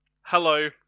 Hello